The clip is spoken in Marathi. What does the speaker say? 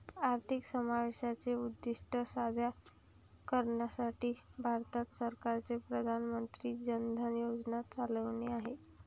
आर्थिक समावेशाचे उद्दीष्ट साध्य करण्यासाठी भारत सरकारने प्रधान मंत्री जन धन योजना चालविली आहेत